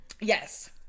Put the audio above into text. Yes